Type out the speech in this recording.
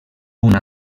una